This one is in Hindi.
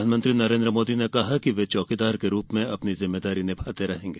प्रधानमंत्री नरेन्द्र मोदी ने कहा कि वे चौकीदार के रूप में अपनी जिम्मेदारी निभाते रहेंगे